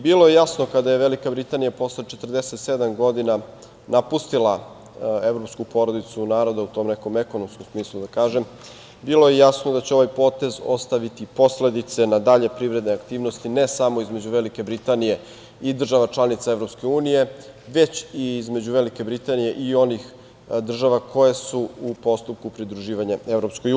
Bilo je jasno kada je Velika Britanija posle 47 godina napustila evropsku porodicu naroda u tom nekom ekonomskom smislu, da kažem, bilo je jasno da će ovaj potez ostaviti posledice na dalje privredne aktivnosti ne samo između Velike Britanije i država članica Evropske unije, već i između Velike Britanije i onih država koje su u postupku pridruživanja EU.